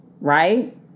right